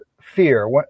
fear